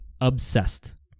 obsessed